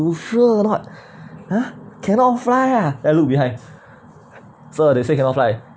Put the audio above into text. you sure or not !huh! cannot fly ah then l look behind sir they say cannot fly